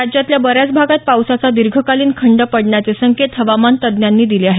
राज्यातल्या बऱ्याच भागात पावसाचा दीर्घकालीन खंड पडण्याचे संकेत हवामान तज्ज्ञांनी दिले आहेत